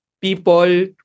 people